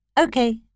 Okay